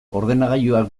ordenagailuak